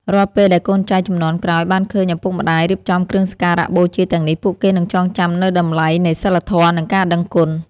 រាល់ពេលដែលកូនចៅជំនាន់ក្រោយបានឃើញឪពុកម្តាយរៀបចំគ្រឿងសក្ការបូជាទាំងនេះពួកគេនឹងចងចាំនូវតម្លៃនៃសីលធម៌ និងការដឹងគុណ។